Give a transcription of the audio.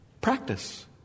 practice